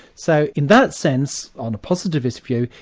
so in that sense, on a positivist view,